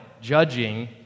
Judging